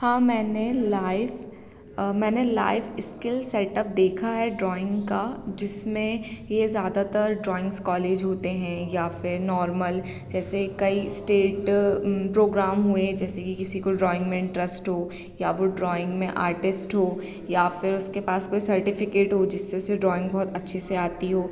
हाँ मैंने लाइफ़ मैंने लाइव स्किल सेटअप देखा है ड्राॅइंग का जिसमें यह ज़्यादातर ड्राॅइंग्स कॉलेज होते हैं या फ़िर नॉर्मल जैसे कई स्टेट प्रोग्राम हुए जैसे कि किसी को ड्राॅइंग में इंट्रस्ट हो या वह ड्राॅइंग में आर्टिस्ट हो या फ़िर उसके पास कोई सर्टिफिकेट हो जिससे उसे ड्राॅइंग बहुत अच्छे से आती हो